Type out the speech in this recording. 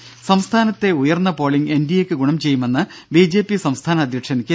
രംഭ സംസ്ഥാനത്തെ ഉയർന്ന polling NDA ക്ക് ഗുണം ചെയ്യുമെന്ന് ബിജെപി സംസ്ഥാന അധ്യക്ഷൻ കെ